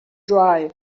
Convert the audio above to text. dry